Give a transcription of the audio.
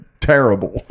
terrible